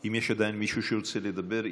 אם יש עדיין מישהו שרוצה לדבר,